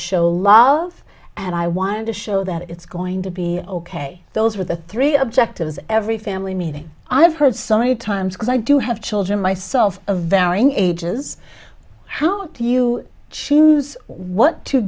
show love and i wanted to show that it's going to be ok those are the three objectives every family meeting i have heard so many times because i do have children myself a varying ages how do you choose what to